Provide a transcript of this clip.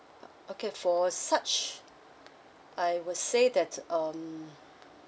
uh okay for such I would say that um